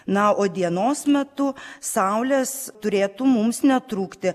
na o dienos metu saulės turėtų mums netrūkti